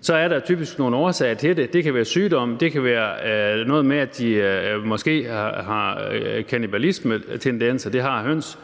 Så er der typisk nogle årsager til det. Det kan være sygdom, og det kan være noget med, at de måske har kannibalismetendenser – det har høns